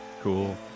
cool